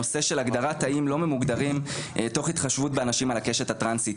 הנושא של הגדרת תאים לא ממוגדרים תוך התחשבות באנשים על הקשת הטרנסית.